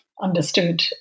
understood